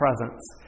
presence